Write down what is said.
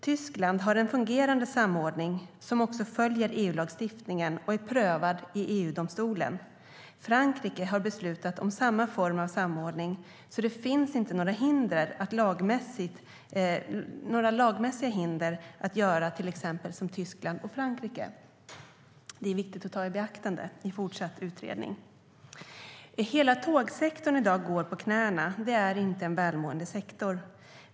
Tyskland har en fungerande samordning som också följer EU-lagstiftningen och är prövad i EU-domstolen, och Frankrike har beslutat om samma form av samordning, så det finns inte några lagmässiga hinder att göra till exempel som Tyskland och Frankrike. Det är viktigt att ta i beaktande i fortsatt utredning. Hela tågsektorn går i dag på knäna. Det är inte en välmående sektor.